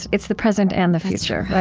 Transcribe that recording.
it's the present and the future.